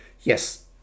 Yes